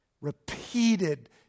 repeated